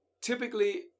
Typically